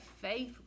faith